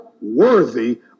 worthy